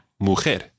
Mujer